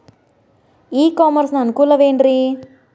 E commerce ನ ಅನುಕೂಲವೇನ್ರೇ?